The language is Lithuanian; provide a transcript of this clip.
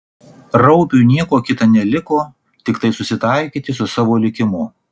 raupiui nieko kita neliko tiktai susitaikyti su savo likimu